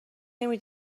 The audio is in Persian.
نمی